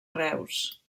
reus